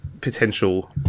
potential